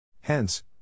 Hence